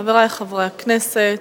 חברי חברי הכנסת,